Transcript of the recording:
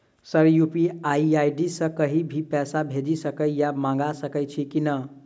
Sir UPI ID सँ कहि भी पैसा भेजि सकै या मंगा सकै छी की न ई?